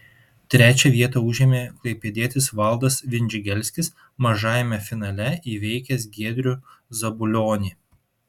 trečią vietą užėmė klaipėdietis valdas vindžigelskis mažajame finale įveikęs giedrių zabulionį